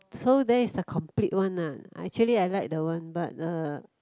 so there is the complete one lah I actually I like the one but uh